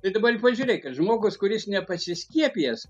tai dabar ir pažiūrėk žmogus kuris nepasiskiepijęs